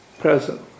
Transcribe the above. present